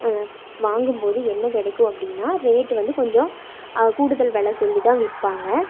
வாங்கும் போது என்ன கிடைக்கும் அப்படின்னா ரேட்டு வந்து கொஞ்சம் கூடுதல் வெலை சொல்லிதான் விற்பாங்க